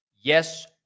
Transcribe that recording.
yes